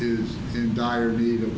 is in dire need